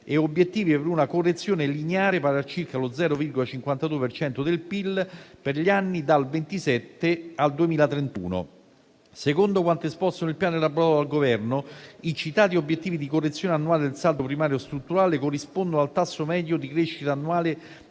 e obiettivi per una correzione lineare, pari a circa lo 0,52 per cento del PIL per gli anni dal 2027 al 2031. Secondo quanto esposto nel Piano elaborato dal Governo, i citati obiettivi di correzione annuale del saldo primario strutturale corrispondono al tasso medio di crescita annuale